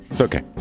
Okay